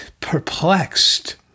perplexed